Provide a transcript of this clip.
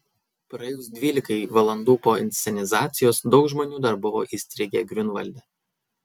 praėjus dvylikai valandų po inscenizacijos daug žmonių dar buvo įstrigę griunvalde